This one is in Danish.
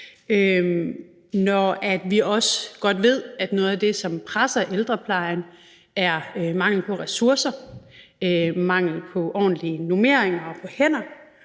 når vi også godt ved, at noget af det, som presser ældreplejen, er mangel på ressourcer, mangel på ordentlige normeringer og hænder